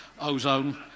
ozone